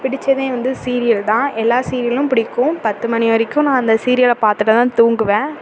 பிடிச்சதே வந்து சீரியல் தான் எல்லா சீரியலும் பிடிக்கும் பத்து மணி வரைக்கும் நான் அந்த சீரியலை பார்த்துட்டு தான் தூங்குவேன்